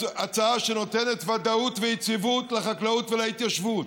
היא הצעה שנותנת ודאות ויציבות לחקלאות ולהתיישבות.